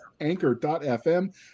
Anchor.fm